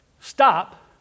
stop